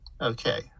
Okay